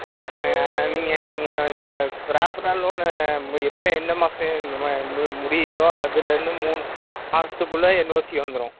wait பண்ணுங்கள் நீங்கள் நீங்கள் இந்த ப்ராப்பராக லோனு எப்போ எந்த மாதம் ம மு முடியுதோ அதிலிருந்து மூணு மாதத்துக்குள்ள என்ஓசி வந்துடும்